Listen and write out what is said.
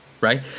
Right